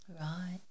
Right